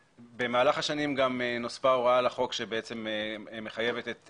במהלך השנים גם נוספה הוראה לחוק שמחייבת את